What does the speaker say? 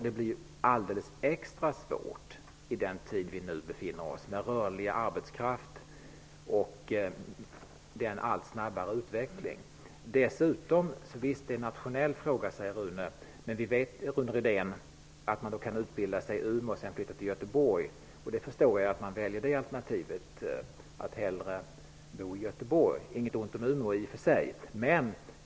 Det blir alldeles extra svårt i den tid vi nu befinner oss i med rörlig arbetskraft och en allt snabbare utveckling. Rune Rydén säger att detta är en nationell fråga. Men vi vet, Rune Rydén, att man kan utbilda sig i Umeå och sedan flytta till Göteborg. Jag förstår att man väljer alternativet att hellre bo i Göteborg, inget ont om Umeå i och för sig.